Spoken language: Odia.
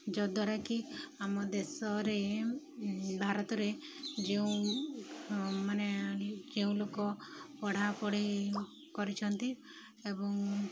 ଯଦଦ୍ୱାରାକିି ଆମ ଦେଶରେ ଭାରତରେ ଯେଉଁ ମାନେ ଯେଉଁ ଲୋକ ପଢ଼ାପଢ଼ି କରିଛନ୍ତି ଏବଂ